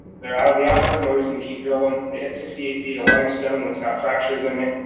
they're out of the aquifer, no reason to keep drilling. they hit sixty eight feet of limestone that's got fractures in it,